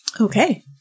Okay